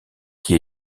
qui